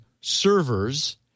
servers